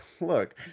look